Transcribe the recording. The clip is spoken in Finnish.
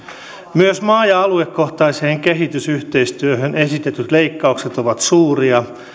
myös maa ja aluekohtaiseen kehitysyhteistyöhön esitetyt leikkaukset ovat suuria